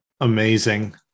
Amazing